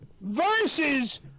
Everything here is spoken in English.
versus